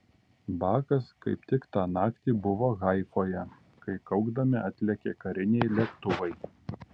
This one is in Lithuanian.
bakas kaip tik tą naktį buvo haifoje kai kaukdami atlėkė kariniai lėktuvai